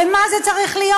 למה זה צריך להיות?